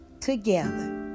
together